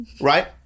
right